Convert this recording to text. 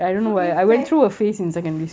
okay fair